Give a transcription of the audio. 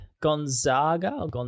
Gonzaga